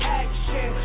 action